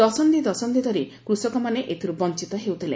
ଦଶନ୍ଧି ଦଶନ୍ଧି ଧରି କୁଷକମାନେ ଏଥିରୁ ବଂଚିତ ହେଉଥିଲେ